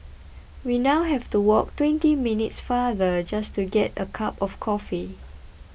we now have to walk twenty minutes farther just to get a cup of coffee